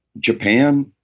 japan,